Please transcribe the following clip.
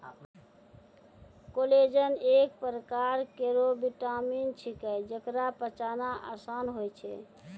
collagen एक परकार केरो विटामिन छिकै, जेकरा पचाना आसान होय छै